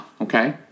okay